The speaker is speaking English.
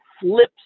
flips